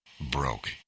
broke